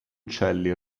uccelli